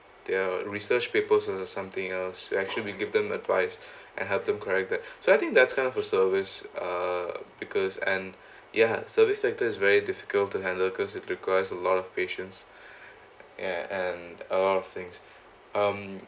their research papers or something else we actually we give them advice and have them correct that so I think that's kind of a service uh because and ya service sector is very difficult to handle because it requires a lot of patience ya and a lot of things um